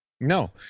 No